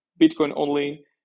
Bitcoin-only